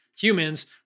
humans